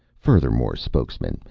furthermore, spokesman,